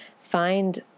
Find